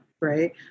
right